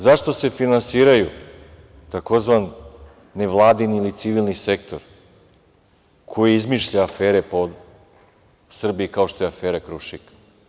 Zašto se finansiraju tzv. vladin ili civilni sektor, koji izmišlja afere po Srbiji, kao što je afera "Krušik"